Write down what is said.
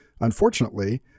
Unfortunately